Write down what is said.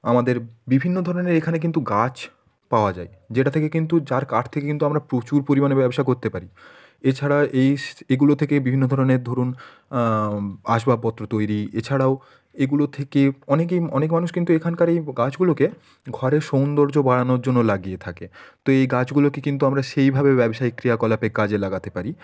আমাদের বিভিন্ন ধরনের এখানে কিন্তু গাছ পাওয়া যায় যেটা থেকে কিন্তু যার কাঠ থেকে কিন্তু আমরা প্রচুর পরিমাণে ব্যবসা করতে পারি এছাড়া এই এগুলো থেকে বিভিন্ন ধরনের ধরুন আসবাবপত্র তৈরি এছাড়াও এগুলো থেকে অনেকেই অনেক মানুষ কিন্তু এখানকার এই গাছগুলোকে ঘরের সৌন্দর্য বাড়ানোর জন্য লাগিয়ে থাকে তো এই গাছগুলোকে কিন্তু আমরা সেইভাবে ব্যবসায়িক ক্রিয়াকলাপে কাজে লাগাতে পারি